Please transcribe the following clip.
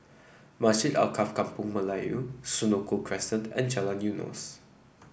Masjid Alkaff Kampung Melayu Senoko Crescent and Jalan Eunos